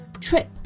trip